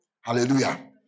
Hallelujah